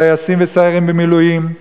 טייסים וסיירים במילואים.